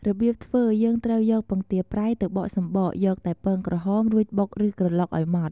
របៀបធ្វើយើងត្រូវយកពងទាប្រៃទៅបកសំបក យកតែពងក្រហម រួចបុកឬក្រឡុកឱ្យម៉ដ្ឋ។